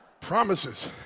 promises